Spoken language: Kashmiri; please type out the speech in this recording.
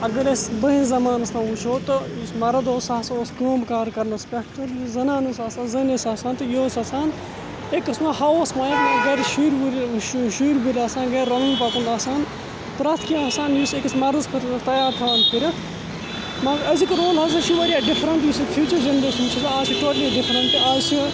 اگر أسۍ برونٛہہ زمانَس منٛز وُچھو تہٕ یُس مرٕد اوس سُہ سا اوس کٲم کار کَرنَس پٮ۪ٹھ تہٕ یہِ زنان ٲس آسان زٔنۍ ٲس آسان تہٕ یہِ اوس آسان أکۍ قٕسمہٕ ہاوُس وایِف گرِ شُرۍ وُرۍ شُرۍ وُرۍ آسان گرِ رَنُن پَکُن آسان پرٮ۪تھ کینٛہہ آسان یُس أکِس مَردَس خٲطرٕ تیار تھاوان کٔرِتھ مگر آزیُک رول ہسا چھِ واریاہ ڈِفرَنٛٹ یُس فیوٗچَر جَنریشَن چھِ اَز چھِ ٹوٹلی ڈِفرَنٛٹ اَز چھِ